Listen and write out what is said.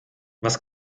was